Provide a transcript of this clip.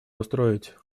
устроить